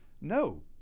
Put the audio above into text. no